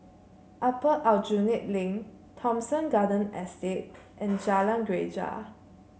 Upper Aljunied Link Thomson Garden Estate and Jalan Greja